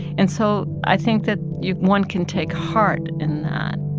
and so i think that yeah one can take heart in that